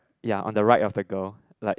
ya on the right of the girl like